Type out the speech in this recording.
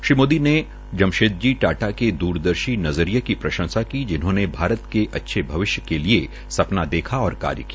श्री मोदी ने जमशेदजी टाटा के द्रदर्शी नज़रिये की प्रंशसा की जिन्होंने भारत के अच्छे भविष्य का सपना देख कार्य किया